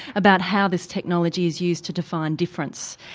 about how this technology is used to define difference.